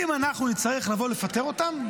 אם אנחנו נצטרך לבוא לפטר אותם,